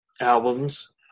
albums